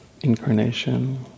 incarnation